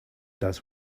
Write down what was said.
does